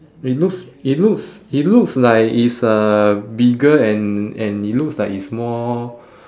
it looks it looks it looks like it's a bigger and and it looks like it's more